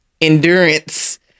endurance